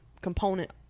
component